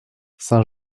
saint